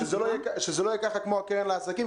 שזה לא יהיה כמו הקרן לעסקים,